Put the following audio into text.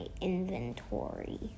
inventory